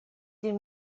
den